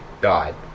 died